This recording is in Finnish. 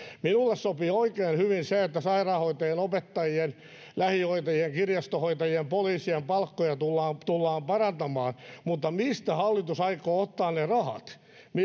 minulle sopii oikein hyvin se että sairaanhoitajien opettajien lähihoitajien kirjastonhoitajien poliisien palkkoja tullaan tullaan parantamaan mutta mistä hallitus aikoo ottaa ne rahat